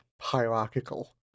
hierarchical